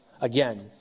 Again